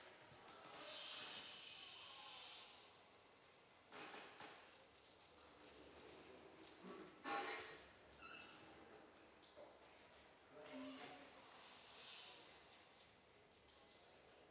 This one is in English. mm